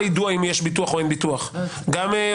איך אנחנו מגנים על המשפחות --- אתם מכירים מקרים של